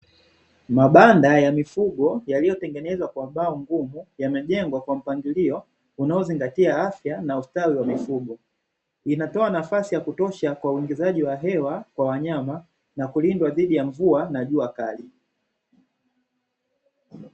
Mabanda ya mifugo yaliyotengenezwa kwa mbao ngumu yamejengwa kwa mpangilio unaozingatia afya na ustawi wa mifugo, inatoa nafasi ya kutosha kwa uwekezaji wa hewa kwa wanyama na kulindwa dhidi ya mvua na jua kali.